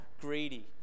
greedy